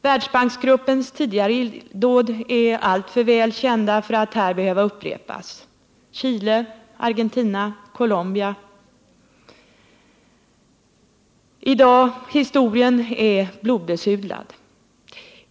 Världsbanksgruppens tidigare illdåd är alltför väl kända för att här behöva upprepas, men man kan peka på länder som Chile, Argentina och Colombia för att påminnas om att historien är blodbesudlad.